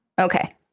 Okay